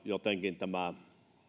jotenkin tämä